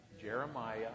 Jeremiah